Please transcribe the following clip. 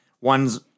One's